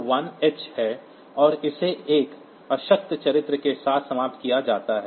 तो यह 01h है और इसे एक अशक्त चरित्र के साथ समाप्त किया जाता है